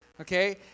okay